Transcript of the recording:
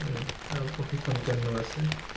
আৰু প্ৰশিক্ষণ কেন্দ্ৰ আছে